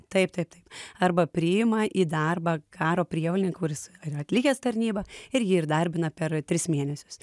taip taip taip arba priima į darbą karo prievolininką kuris yra atlikęs tarnybą ir jį įdarbina per tris mėnesius